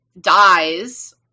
dies